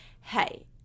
hey